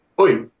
Oi